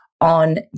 on